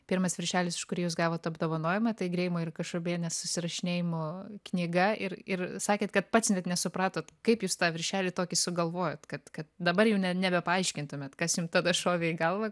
pirmas viršelis už kurį jūs gavot apdovanojimą tai greimo ir kašubienės susirašinėjimo knyga ir ir sakėt kad pats nesupratot kaip jūs tą viršelį tokį sugalvojot kad kad dabar jau nebepaaiškintumėt kas jum tada šovė į galvą